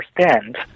understand